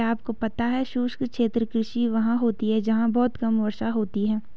क्या आपको पता है शुष्क क्षेत्र कृषि वहाँ होती है जहाँ बहुत कम वर्षा होती है?